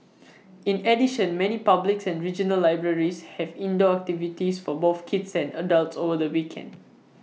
in addition many public's and regional libraries have indoor activities for both kids and adults over the weekend